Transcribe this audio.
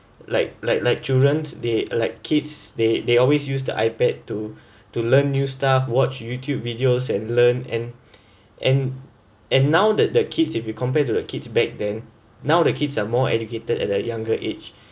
like like like children they like kids they they always use the ipad to to learn new stuff watch youtube videos and learn and and and now that the kids if you compared to the kids back then now the kids are more educated at a younger age